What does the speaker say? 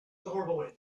him